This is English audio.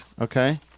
okay